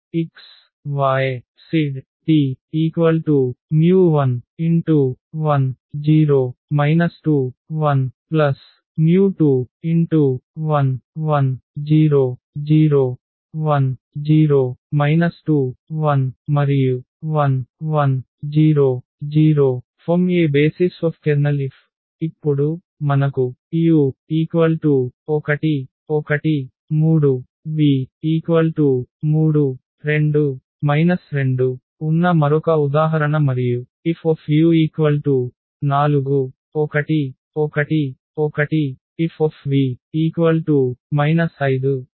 ⟹x y z t 11 0 2 1 21 1 0 0 ⟹1 0 2 1 1 1 0 0 form a basis of ker F ఇప్పుడు మనకు u 113 v 32 2 ఉన్న మరొక ఉదాహరణ మరియు Fu4111Fv 51 33